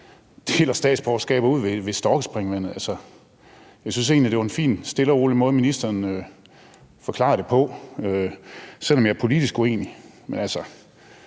og deler statsborgerskaber ud ved Storkespringvandet. Jeg synes egentlig, at det var en fin og stille og rolig måde, ministeren forklarede det på, selv om jeg er politisk uenig.